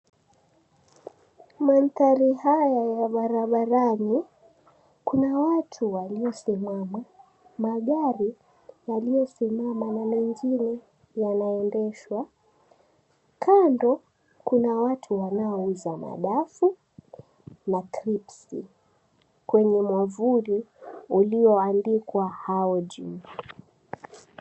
Mandhari haya ya barabarani. Kuna watu waliosimama, magari yaliyosimama na mengine yanaendeshwa. Kando, kuna watu wanouza madafu na kripsi kwenye mwavuli ulioandikwa Haojin.